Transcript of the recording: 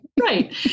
right